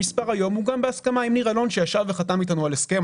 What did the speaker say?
המספר היום הוא גם בהסכמה עם ניר אלון שישב וחתם איתנו על הסכם.